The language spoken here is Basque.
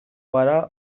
gara